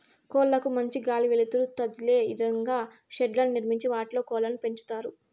కోళ్ళ కు మంచి గాలి, వెలుతురు తదిలే ఇదంగా షెడ్లను నిర్మించి వాటిలో కోళ్ళను పెంచుతారు